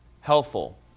helpful